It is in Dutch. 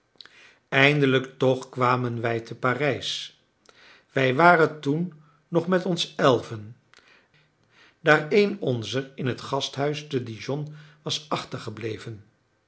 eindelijk toch kwamen wij te parijs wij waren toen nog met ons elven daar een onzer in het gasthuis te dijon was achtergebleven